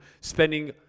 spending